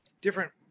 different